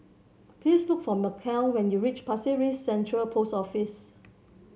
please look for Mikel when you reach Pasir Ris Central Post Office